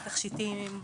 תכשיטים,